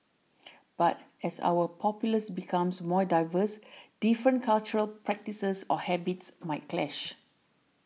but as our populace becomes more diverse different cultural practices or habits might clash